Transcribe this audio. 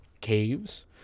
caves